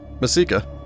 Masika